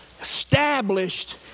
established